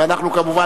ואנחנו כמובן,